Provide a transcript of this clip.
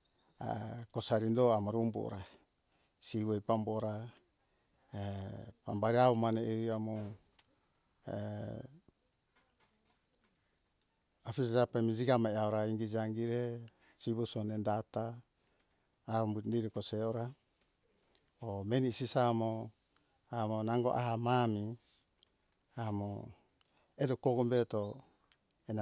kosarindo amo rumbora siwoe pambora pambaire awo mane ae amo afi jape mi jingame aurai ingi jaingire siwo sone data awo umbuto fesaora or meni sisaomo awo nango amami amo edo kogombeto